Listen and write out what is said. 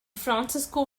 francisco